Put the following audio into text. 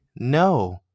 No